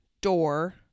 door